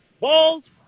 Balls